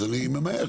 אז אני ממהר,